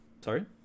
Sorry